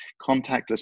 contactless